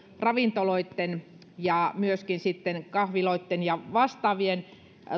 ravintoloitten ja myöskin kahviloitten ja vastaavien